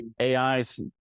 AI's